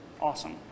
Awesome